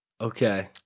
Okay